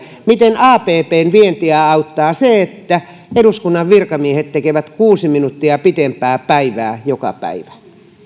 miten abbn vientiä auttaa se että eduskunnan virkamiehet tekevät kuusi minuuttia pitempää päivää joka päivä